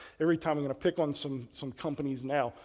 every time i'm going to pick on some some companies now,